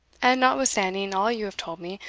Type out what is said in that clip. and notwithstanding all you have told me,